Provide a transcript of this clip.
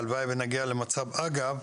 אגב,